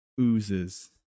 Oozes